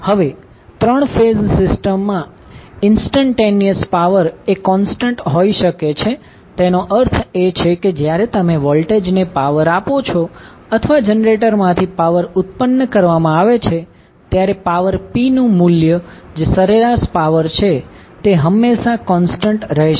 હવે 3 phase system માં instantaneous power એ કોન્સ્ટન્ટ હોઈ શકે છે તેનો અર્થ એ છે કે જ્યારે તમે વોલ્ટેજને પાવર આપો છો અથવા જનરેટર માંથી પાવર ઉત્પન્ન કરવામાં આવે છે ત્યારે પાવર p નું મૂલ્ય જે સરેરાશ પાવર છે તે હંમેશા કોન્સ્ટન્ટ રહેશે